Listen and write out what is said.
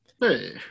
Hey